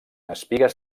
espigues